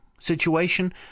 situation